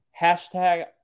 hashtag